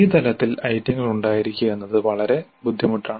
ഈ തലത്തിൽ ഐറ്റങ്ങൾ ഉണ്ടായിരിക്കുക എന്നത് വളരെ ബുദ്ധിമുട്ടാണ്